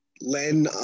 Len